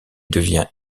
devient